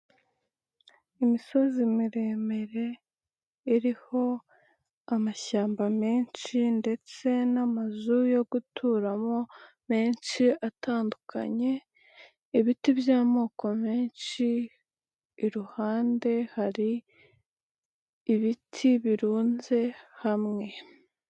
Imisozi miremire, iriho amashyamba menshi ndetse n'amazu yo guturamo menshi atandukanye, ibiti by'amoko menshi, iruhande hari ibiti birunze hamwe.